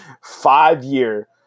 five-year